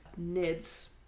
NIDS